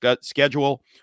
schedule